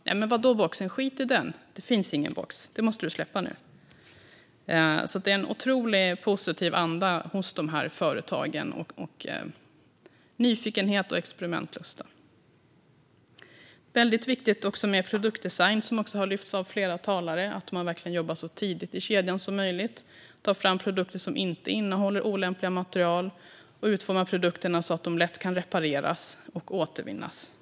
De sa: Vad då boxen? Skit i den! Det finns ingen box! Det är en otroligt positiv anda, nyfikenhet och experimentlusta hos företagen. Det är också väldigt viktigt med produktdesign, som flera har tagit upp här, och att man verkligen jobbar så tidigt i kedjan som möjligt, tar fram produkter som inte innehåller olämpliga material och utformar produkterna så att de lätt kan repareras och återvinnas.